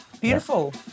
Beautiful